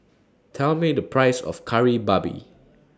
Tell Me The Price of Kari Babi